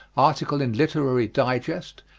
article in literary digest,